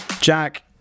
jack